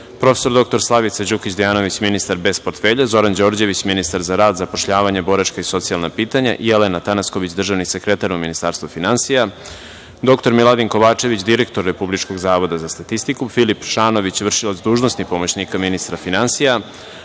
doktor Slavica Đukić Dejanović, ministar bez portfelja, Zoran Đorđević, ministar za rad, zapošljavanje, boračka i socijalna pitanja, Jelena Tanasković, državni sekretar u Ministarstvu finansija, doktor Miladin Kovačević, direktor Republičkog zavoda za statistiku, Filip Šanović, vršilac dužnosti pomoćnika ministra finansija,